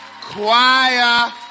choir